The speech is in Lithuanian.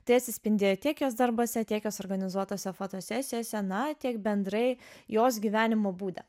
tai atsispindėjo tiek jos darbuose tiek jos organizuotose fotosesijose na tiek bendrai jos gyvenimo būde